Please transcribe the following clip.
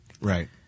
Right